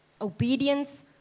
Obedience